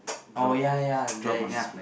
oh ya ya there ya